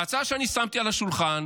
וההצעה שאני שמתי על השולחן,